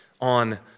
on